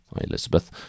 Elizabeth